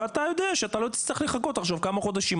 ואתה יודע שאתה לא תצטרך לחכות כמה חודשים.